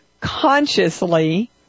consciously